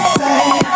say